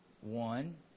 One